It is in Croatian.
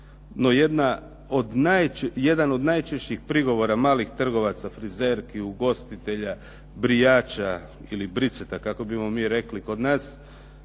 jedan od najčešćih prigovora malih trgovaca, frizerki, ugostitelja, brijača ili briceta kako bismo mi rekli kod nas